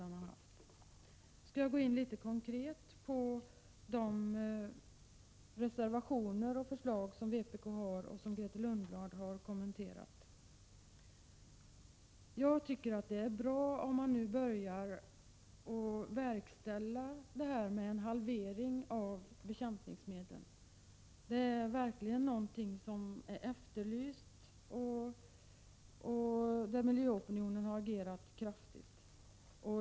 Nu skall jag mer konkret gå in på de reservationer och förslag som vpk har avgivit och Grethe Lundblad har kommenterat. Jag tycker att det är bra om man nu börjar att verkställa beslutet om en halvering av användningen av bekämpningsmedel. Det är verkligen någonting som är efterlyst och där miljöopinionen har agerat kraftigt.